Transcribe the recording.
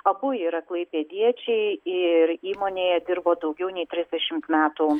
abu yra klaipėdiečiai ir įmonėje dirbo daugiau nei trisdešim metų